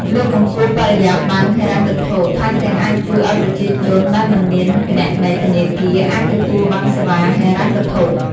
លើកកម្ពស់បរិយាប័ន្នហិរញ្ញវត្ថុ ថែមទាំងអាចជួយឲ្យប្រជាជនដែលមិនមានគណនីធនាគារ អាចទទួលបានសេវាហិរញ្ញវត្ថុ។